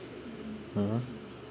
mm